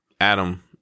Adam